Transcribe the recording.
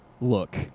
look